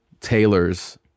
tailors